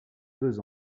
deux